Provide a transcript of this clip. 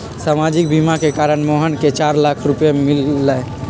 सामाजिक बीमा के कारण मोहन के चार लाख रूपए मिल लय